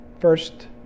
first